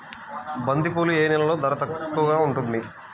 బంతిపూలు ఏ నెలలో ధర ఎక్కువగా ఉంటుంది?